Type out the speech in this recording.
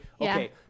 okay